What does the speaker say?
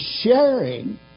sharing